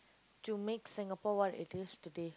to make Singapore what it is today